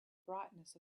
brightness